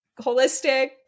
holistic